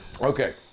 Okay